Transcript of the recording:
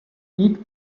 eat